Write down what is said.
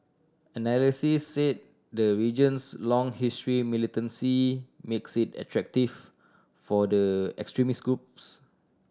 analysts said the region's long history militancy makes it attractive for the extremist groups